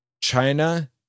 China